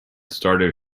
started